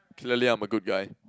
clearly I'm a good guy